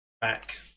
back